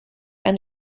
and